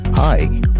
Hi